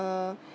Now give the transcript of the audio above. uh